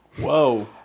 Whoa